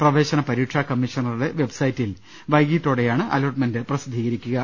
പ്രവേശന പരീക്ഷാ കമ്മീഷണറുടെ വെബ്സൈറ്റിൽ വൈകിട്ടോടെ ദ്ദ യാണ് അലോട്ട്മെന്റ് പ്രസിദ്ധീകരിക്കുക